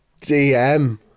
DM